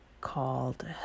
called